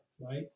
right